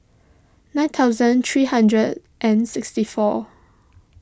nine thousand three hundred and sixty fourth